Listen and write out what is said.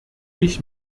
ich